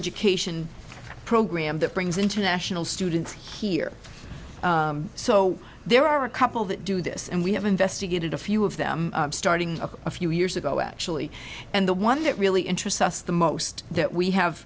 education program that brings international students here so there are a couple that do this and we have investigated a few of them starting a few years ago actually and the one that really interests us the most that we have